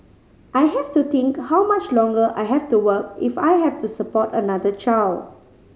I have to think how much longer I have to work if I have to support another child